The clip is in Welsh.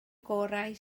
gorau